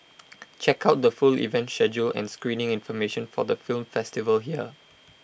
check out the full event schedule and screening information for the film festival here